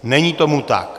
Není tomu tak.